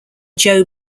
joe